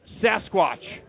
Sasquatch